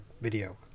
video